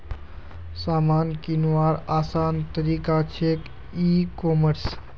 सामान किंवार आसान तरिका छे ई कॉमर्स